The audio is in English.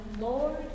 Lord